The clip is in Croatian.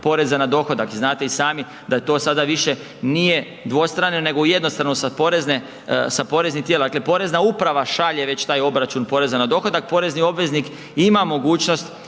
poreza na dohodak i znate i sami da je to sada više nije dvostrano nego u jednostrano sa porezne, sa poreznih tijela, dakle porezna uprava šalje već taj obračun poreza na dohodak, porezni obveznik ima mogućnost